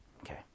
Okay